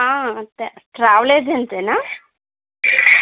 travel ఏజెంటేనా